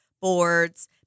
boards